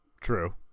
True